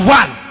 one